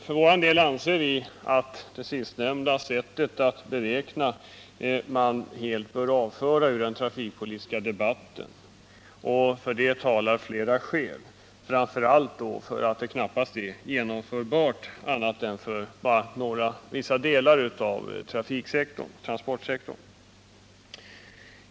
För vår del anser vi att det sistnämnda sättet att beräkna kostnaderna helt bör avföras ur den trafikpolitiska debatten. För det talar flera skäl och framför allt det förhållandet att detta beräkningssätt knappast går att tillämpa på mer än vissa delar av transportsektorn.